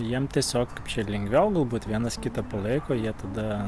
jiem tiesiog lengviau galbūt vienas kitą palaiko jie tada